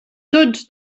tots